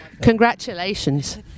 congratulations